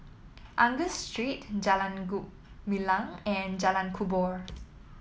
Angus Street Jalan Gumilang and Jalan Kubor